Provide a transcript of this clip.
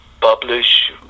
publish